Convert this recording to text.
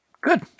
Good